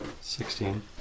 Sixteen